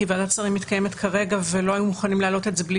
כי ועדת השרים מתקיימת כרגע ולא היו מוכנים להעלות את זה בלי